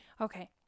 Okay